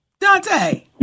Dante